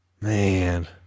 Man